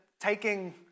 taking